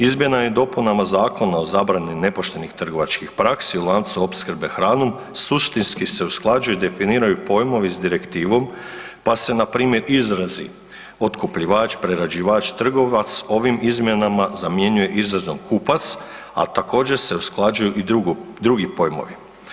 Izmjenama i dopunama Zakona o zabrani nepoštenih trgovačkih praksi u lancu opskrbe hranom suštinski se usklađuju i definiraju pojmovi s direktivom, pa se npr. izrazi „otkupljivač“, „prerađivač“, „trgovac“ ovim izmjenama zamjenjuje izrazom „kupac“, a također se usklađuju i drugi pojmovi.